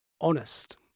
honest